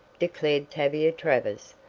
declared tavia travers,